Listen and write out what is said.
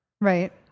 right